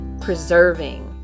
preserving